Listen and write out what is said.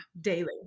daily